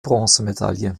bronzemedaille